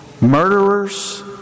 murderers